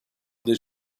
their